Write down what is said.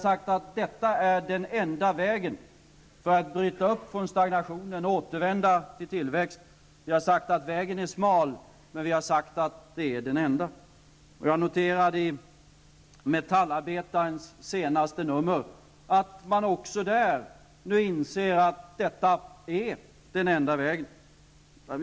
Detta är den enda vägen för att bryta upp från stagnationen och återvända till tillväxt. Den vägen är smal, men det är den enda. Jag noterade i senaste numret av Metallarbetaren att man där också inser att detta är den enda vägen.